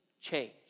change